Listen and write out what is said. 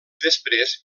després